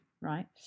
right